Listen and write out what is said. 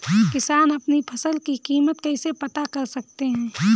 किसान अपनी फसल की कीमत कैसे पता कर सकते हैं?